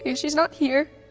and she's not here,